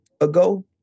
ago